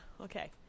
okay